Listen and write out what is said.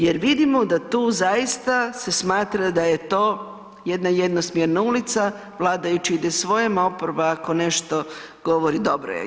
Jer vidimo da tu zaista se smatra da je to jedna jednosmjerna ulica, vladajući ide svojim, a oporba ako nešto govori dobro je.